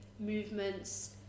Movements